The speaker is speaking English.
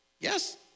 yes